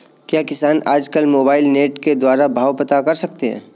क्या किसान आज कल मोबाइल नेट के द्वारा भाव पता कर सकते हैं?